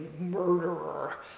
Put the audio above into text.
murderer